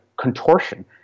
contortion